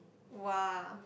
!wah!